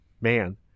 man